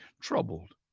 troubled